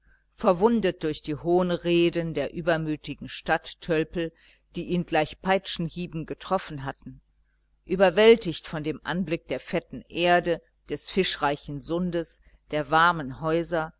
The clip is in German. verwundet durch die hohnreden der übermütigen stadttölpel die ihn gleich peitschenhieben getroffen hatten überwältigt von dem anblick der fetten erde des fischreichen sundes der warmen häuser